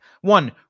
One